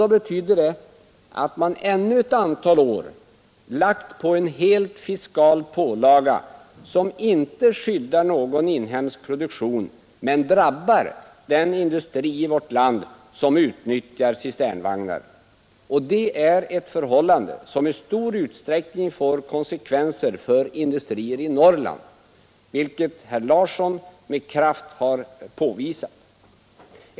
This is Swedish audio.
Då betyder det att man ännu ett antal år haft en helt fiskal pålaga som inte skyddar någon inhemsk produktion men drabbar den industri i vårt land som utnyttjar cisternvagnar, och det är ett förhållande som i stor utsträckning får konsekvenser för industrier i Norrland, vilket herr Larsson i Umeå med kraft har påvisat.